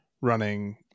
running